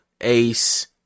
ace